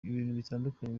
bitandukanye